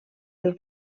del